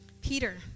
Peter